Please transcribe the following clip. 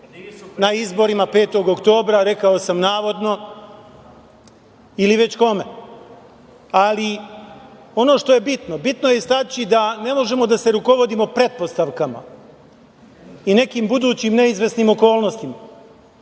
na izborima 5. oktobra, rekao sam navodno, ili već kome. Ali, ono što je bitno, bitno je istaći da ne možemo da se rukovodimo pretpostavkama i nekim budućim neizvesnim okolnostima.